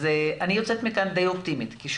אז אני יוצאת מכאן די אופטימית כי,